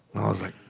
i was like,